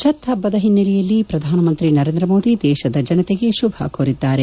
ಛತ್ ಹಬ್ಬದ ಹಿನ್ನೆಲೆಯಲ್ಲಿ ಪ್ರಧಾನಮಂತ್ರಿ ನರೇಂದ್ರ ಮೋದಿ ದೇಶದ ಜನತೆಗೆ ಶುಭ ಕೋರಿದ್ದಾರೆ